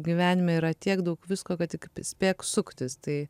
gyvenime yra tiek daug visko kad tik spėk suktis tai